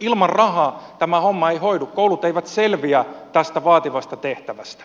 ilman rahaa tämä homma ei hoidu koulut eivät selviä tästä vaativasta tehtävästä